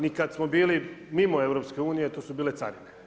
Ni kad smo bili mimo EU, to su bile carine.